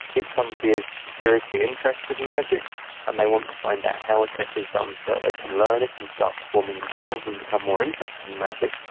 if somebody is seriously interested in magic and they want to find out how a trick is done so that they can learn it and start performing themselves and become more interested in magic,